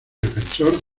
defensor